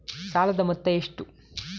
ಸಾಲದ ಮೊತ್ತ ಎಷ್ಟು?